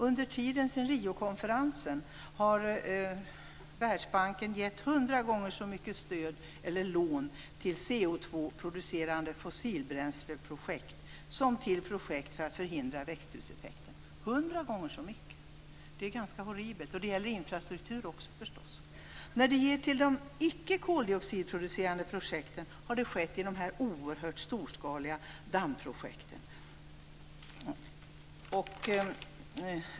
Under tiden sedan Riokonferensen har Världsbanken gett hundra gånger så mycket stöd eller lån till koldioxidproducerande fossilbränsleprojekt som till projekt för att förhindra växthuseffekten. Hundra gånger så mycket! Det är ganska horribelt. Det här gäller förstås också infrastrukturen. När banken har stött icke-koldioxidproducerande projekt har det gällt de oerhört storskaliga dammprojekten.